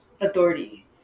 authority